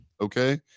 okay